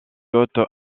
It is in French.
haute